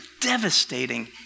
devastating